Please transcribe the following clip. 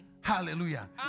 Hallelujah